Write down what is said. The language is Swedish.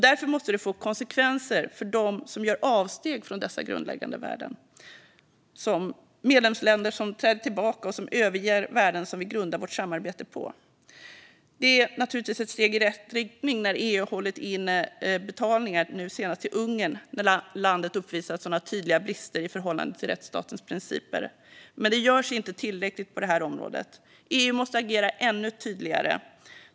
Därför måste det få konsekvenser för dem som gör avsteg från dessa grundläggande värden, medlemsländer som träder tillbaka och som överger värden som vi grundar vårt samarbete på. Det är naturligtvis ett steg i rätt riktning när EU har hållit inne betalningar, nu senast till Ungern när landet har uppvisat sådana tydliga brister i förhållande till rättsstatens principer. Men det görs inte tillräckligt på detta område. EU måste agera ännu tydligare.